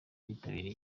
bitabiriye